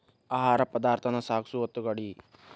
ಆಹಾರ ಪದಾರ್ಥಾನ ಸಾಗಸು ಒತ್ತುಗಾಡಿ